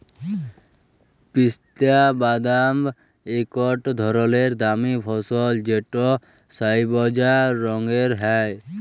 পিস্তা বাদাম ইকট ধরলের দামি ফসল যেট সইবজা রঙের হ্যয়